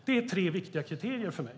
Det är tre viktiga kriterier för mig.